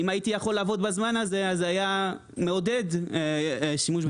אם הייתי יכול לעבוד בזמן הזה זה היה מעודד שימוש ברכבת.